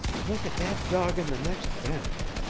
look at that dog in the next bench.